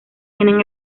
tienen